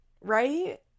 right